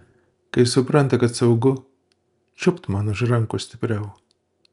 kai supranta kad saugu čiupt man už rankos stipriau